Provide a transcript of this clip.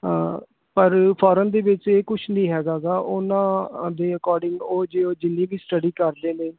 ਪਰ ਫੋਰਨ ਦੇ ਵਿੱਚ ਇਹ ਕੁਛ ਨਹੀਂ ਹੈਗਾ ਗਾ ਉਹਨਾਂ ਦੇ ਅਕੋਰਡਿੰਗ ਉਹ ਜੇ ਉਹ ਜਿੰਨੀ ਵੀ ਸਟਡੀ ਕਰਦੇ ਨੇ